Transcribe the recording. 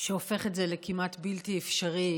שהופך את זה לכמעט בלתי אפשרי